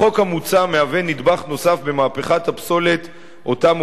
החוק המוצע הוא נדבך נוסף במהפכת הפסולת שהמשרד